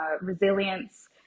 resilience